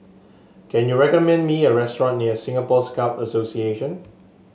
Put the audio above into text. can you recommend me a restaurant near Singapore Scout Association